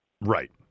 Right